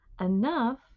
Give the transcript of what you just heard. enough